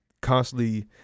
constantly